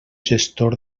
gestor